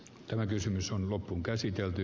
tämä kysymys on loppuunkäsitelty